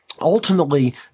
ultimately